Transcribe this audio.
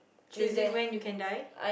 choosing when you can die